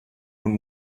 und